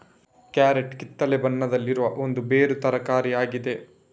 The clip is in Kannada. ಕ್ಯಾರೆಟ್ ಕಿತ್ತಳೆ ಬಣ್ಣದಲ್ಲಿ ಇರುವ ಒಂದು ಬೇರು ತರಕಾರಿ ಆಗಿದೆ